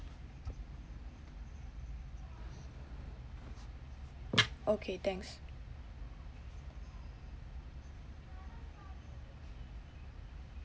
okay thanks